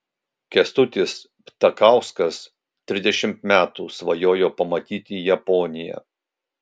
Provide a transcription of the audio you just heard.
kęstutis ptakauskas trisdešimt metų svajojo pamatyti japoniją